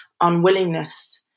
unwillingness